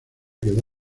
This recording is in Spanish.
quedó